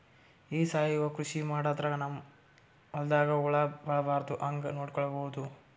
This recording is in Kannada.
ಈ ಸಾವಯವ ಕೃಷಿ ಮಾಡದ್ರ ನಮ್ ಹೊಲ್ದಾಗ ಹುಳ ಬರಲಾರದ ಹಂಗ್ ನೋಡಿಕೊಳ್ಳುವುದ?